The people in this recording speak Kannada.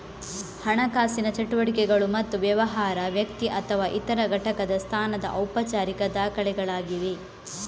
ಹಣಕಾಸಿನ ಚಟುವಟಿಕೆಗಳು ಮತ್ತು ವ್ಯವಹಾರ, ವ್ಯಕ್ತಿ ಅಥವಾ ಇತರ ಘಟಕದ ಸ್ಥಾನದ ಔಪಚಾರಿಕ ದಾಖಲೆಗಳಾಗಿವೆ